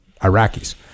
Iraqis